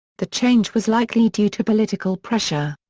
the change was likely due to political pressure.